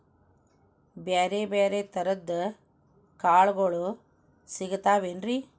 ಬ್ಯಾರೆ ಬ್ಯಾರೆ ತರದ್ ಕಾಳಗೊಳು ಸಿಗತಾವೇನ್ರಿ?